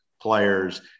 players